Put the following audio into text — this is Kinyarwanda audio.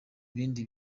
bindi